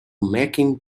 making